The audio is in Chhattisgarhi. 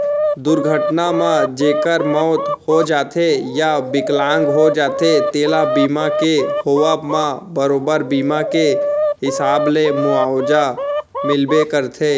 दुरघटना म जेकर मउत हो जाथे या बिकलांग हो जाथें तेला बीमा के होवब म बरोबर बीमा के हिसाब ले मुवाजा मिलबे करथे